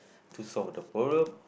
to solve the problem